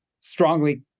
strongly